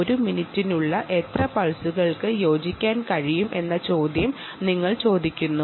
ഒരു മിനിറ്റിനുള്ളിൽ എത്ര പൾസുകൾ ഇതിൽ അടങ്ങുന്നു